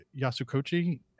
Yasukochi